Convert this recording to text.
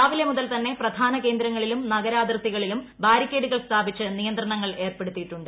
രാവിലെ മുതൽ തന്നെ പ്രധാന കേന്ദ്രങ്ങളിലും നഗരാതിർത്തി കളിലും ബാരിക്കേഡുകൾ സ്ഥാപിച്ച് നിയന്ത്രണങ്ങൾ ഏർപ്പെടുത്തി യിട്ടുണ്ട്